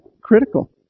critical